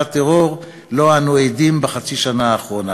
הטרור שאנו עדים לו בחצי השנה האחרונה.